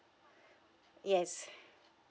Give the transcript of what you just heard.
yes